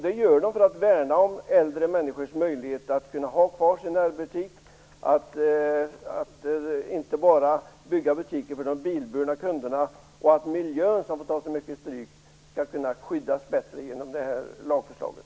Det vill de för att kunna värna om äldre människors möjlighet att ha kvar sin närbutik, för att det inte bara skall byggas butiker för bilburna kunder och för att miljön, som får ta så mycket stryk, skall kunna skyddas bättre genom det här lagförslaget.